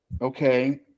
Okay